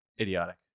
idiotic